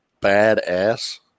badass